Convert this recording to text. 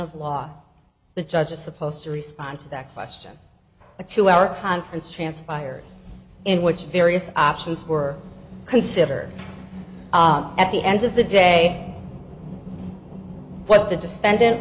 of law the judge is supposed to respond to that question a two hour conference transpired in which various options were consider at the end of the day what the defendant